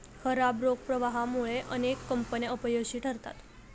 खराब रोख प्रवाहामुळे अनेक कंपन्या अपयशी ठरतात